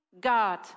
God